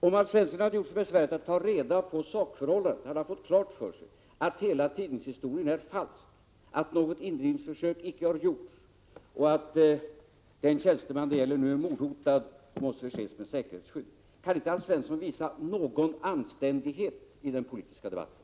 Om Alf Svensson hade gjort sig besväret att ta reda på sakförhållandet hade han fått klart för sig att hela tidningshistorien är falsk, att något indrivningsförsök icke har gjorts och att den tjänsteman det gäller nu är mordhotad och måste förses med säkerhetsskydd. Kan inte Alf Svensson visa någon anständighet i den politiska debatten?